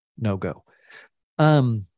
no-go